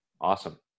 Awesome